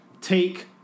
take